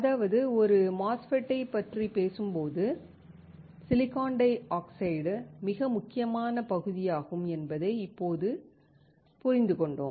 அதாவது ஒரு MOSFETட்டைப் பற்றி பேசும்போது சிலிக்கான் டை ஆக்சைடு மிக முக்கியமான பகுதியாகும் என்பதை இப்போது புரிந்துகொண்டோம்